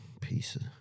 pieces